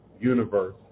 universe